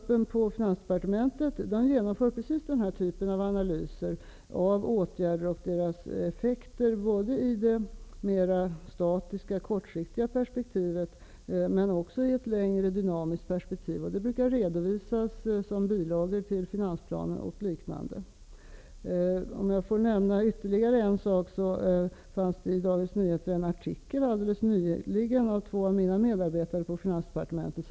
Finansdepartementet genomför precis den här typen av analyser av åtgärder och deras effekter, både i det mer statiska, kortsiktiga perspektivet och i ett längre, dynamiskt perspektiv. Detta brukar redovisas i form av bilagor till finansplaner och liknande. Det fanns för övrigt alldeles nyligen i Dagens Nyheter en artikel av två av mina medarbetare på Finansdepartementet.